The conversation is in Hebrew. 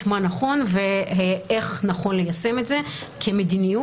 מה נכון ואיך נכון ליישם את זה כמדיניות.